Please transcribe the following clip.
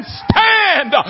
stand